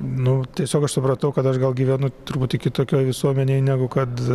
nu tiesiog aš supratau kad aš gal gyvenu truputį kitokioj visuomenėj negu kad